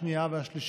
שנייה ושלישית.